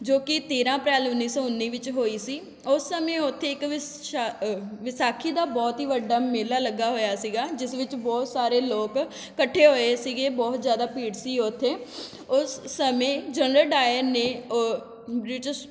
ਜੋ ਕਿ ਤੇਰਾਂ ਅਪ੍ਰੈਲ ਉੱਨੀ ਸੌ ਉੱਨੀ ਵਿੱਚ ਹੋਈ ਸੀ ਉਸ ਸਮੇਂ ਉੱਥੇ ਇੱਕ ਵਿਸਾ ਵਿਸਾਖੀ ਦਾ ਬਹੁਤ ਹੀ ਵੱਡਾ ਮੇਲਾ ਲੱਗਾ ਹੋਇਆ ਸੀਗਾ ਜਿਸ ਵਿੱਚ ਬਹੁਤ ਸਾਰੇ ਲੋਕ ਇਕੱਠੇ ਹੋਏ ਸੀਗੇ ਬਹੁਤ ਜ਼ਿਆਦਾ ਭੀੜ ਸੀ ਉੱਥੇ ਉਸ ਸਮੇਂ ਜਨਰਲ ਡਾਇਰ ਨੇ ਬ੍ਰਿਟਿਸ਼